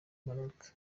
maroc